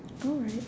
alright